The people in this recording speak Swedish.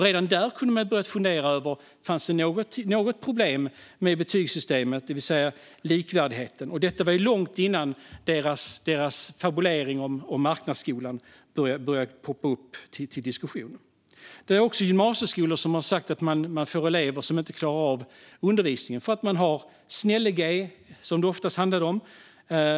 Redan då kunde man ha börjat fundera över om det fanns något problem med betygssystemet, det vill säga likvärdigheten. Detta var långt innan deras fabulering om marknadsskolan började poppa upp i diskussionen. Det finns också gymnasieskolor som har sagt att man får elever som inte klarar av undervisningen för att de har fått "snäll-G", som det oftast handlar om.